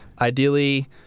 Ideally